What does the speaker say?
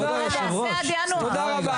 תודה רבה.